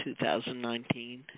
2019